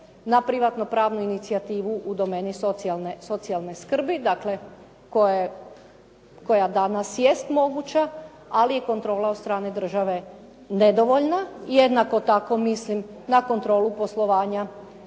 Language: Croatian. na privatno pravnu inicijativu u domeni socijalne skrbi, dakle koja danas jest moguća ali i kontrola od strane države nedovoljna. Jednako tako mislim na kontrolu poslovanja